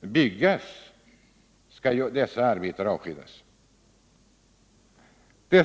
byggs.